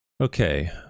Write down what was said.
Okay